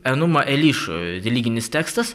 enuma eliš religinis tekstas